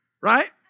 right